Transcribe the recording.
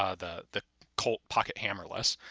ah the the colt pocket hammerless.